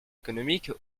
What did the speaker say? économiques